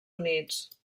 units